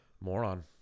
Moron